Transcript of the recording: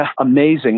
amazing